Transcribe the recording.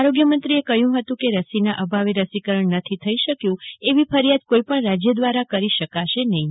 આરોગ્ય મંત્રીએ કહ્યું હતું કે રસીના અભાવે રસીકરણ નથી થઈ શક્યું તેવી ફરિયાદ કોઈ પણ રાજય દ્વારા નહીં કરાય